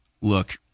Look